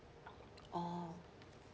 orh